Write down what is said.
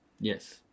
Yes